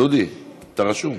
דודי, אתה רשום.